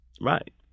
Right